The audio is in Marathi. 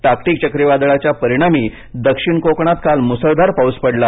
टाक्टी चक्रीवादळाच्या परिणामी दक्षिण कोकणात काल मुसळधार पाऊस पडला